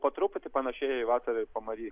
po truputį panašėja į vasarą ir pamary